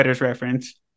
reference